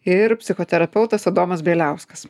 ir psichoterapeutas adomas bieliauskas